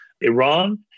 Iran